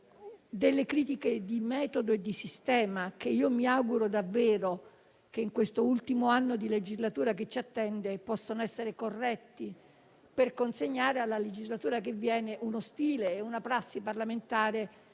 le critiche di metodo e di sistema, che mi auguro davvero che in questo ultimo anno di legislatura che ci attende possano essere corrette per consegnare alla prossima legislatura uno stile e una prassi parlamentare